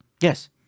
Yes